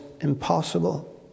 impossible